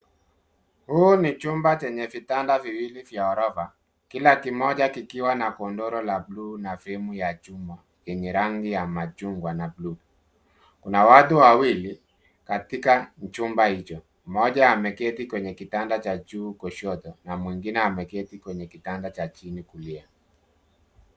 Huu ni chumba chenye vitanda viwili vya ghorofa kila kimoja kikiwa na godoro ya bluu na fremu ya chuma yenye rangi ya machungwa na bluu. Kuna watu Wawili katika chumba hicho. Mmoja ameketi kwenye kitanda cha juu kushoto na mwingine ameketi kwenye kitanda cha chini kulia.